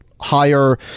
higher